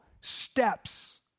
steps